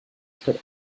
statt